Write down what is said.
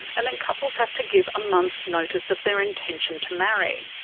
and then couples have to give a month's notice of their intention to marry.